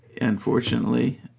Unfortunately